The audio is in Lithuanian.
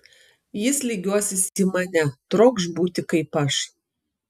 jis lygiuosis į mane trokš būti kaip aš